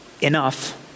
enough